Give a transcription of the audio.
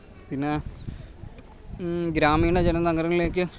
പിന്നെ ഗ്രാമീണ ജനനഗറിലേക്ക്